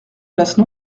place